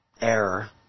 error